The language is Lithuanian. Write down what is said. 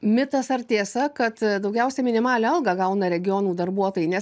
mitas ar tiesa kad daugiausiai minimalią algą gauna regionų darbuotojai nes